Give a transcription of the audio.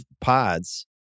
pods